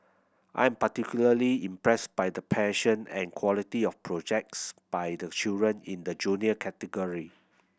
I'm particularly impressed by the passion and quality of projects by the children in the Junior category